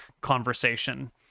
conversation